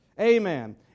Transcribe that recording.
Amen